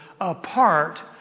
apart